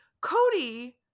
Cody